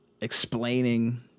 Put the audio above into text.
explaining